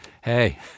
hey –